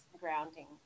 grounding